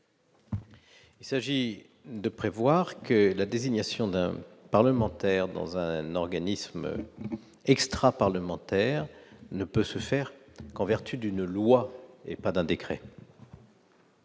amendement prévoit que la désignation d'un parlementaire dans un organisme extraparlementaire ne peut se faire qu'en vertu d'une loi et non pas d'un décret.